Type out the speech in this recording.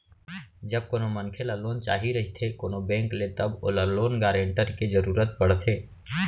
जब कोनो मनखे ल लोन चाही रहिथे कोनो बेंक ले तब ओला लोन गारेंटर के जरुरत पड़थे